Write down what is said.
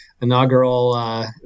inaugural